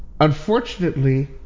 unfortunately